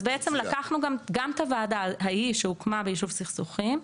אז בעצם לקחנו גם את הוועדה ההיא שהוקמה ביישוב סכסוכים,